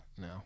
now